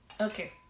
Okay